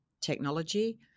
technology